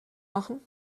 machen